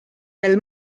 veel